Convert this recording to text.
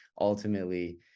ultimately